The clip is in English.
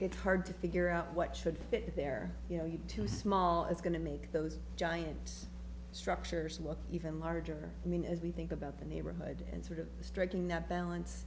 it's hard to figure out what should fit there you know you're too small it's going to make those giant structures look even larger i mean as we think about the neighborhood and sort of striking that balance